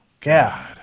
God